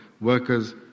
workers